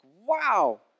wow